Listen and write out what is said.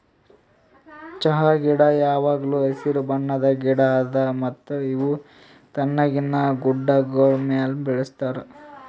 ಚಹಾ ಗಿಡ ಯಾವಾಗ್ಲೂ ಹಸಿರು ಬಣ್ಣದ್ ಗಿಡ ಅದಾ ಮತ್ತ ಇವು ತಣ್ಣಗಿನ ಗುಡ್ಡಾಗೋಳ್ ಮ್ಯಾಲ ಬೆಳುಸ್ತಾರ್